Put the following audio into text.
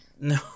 No